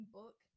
book